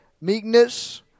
Meekness